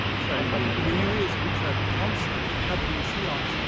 so in areas which are constantly covered in sea ice,